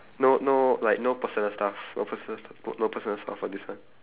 no no like no personal stuff no personal no personal stuff for this one